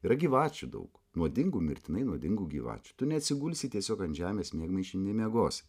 yra gyvačių daug nuodingų mirtinai nuodingų gyvačių tu neatsigulsi tiesiog ant žemės miegmaišį nemiegosi